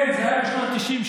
כן, זה היה בשנות התשעים.